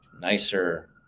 nicer